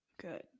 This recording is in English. good